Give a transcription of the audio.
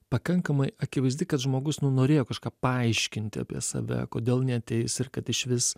pakankamai akivaizdi kad žmogus nu norėjo kažką paaiškinti apie save kodėl neateis ir kad išvis